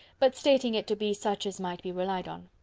but stating it to be such as might be relied on.